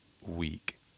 week